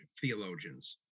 theologians